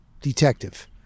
detective